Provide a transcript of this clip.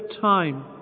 time